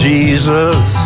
Jesus